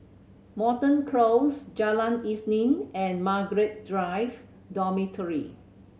Moreton Close Jalan Isnin and Margaret Drive Dormitory